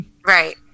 Right